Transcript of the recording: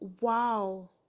wow